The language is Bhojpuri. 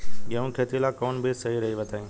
गेहूं के खेती ला कोवन बीज सही रही बताई?